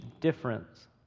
difference